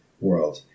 world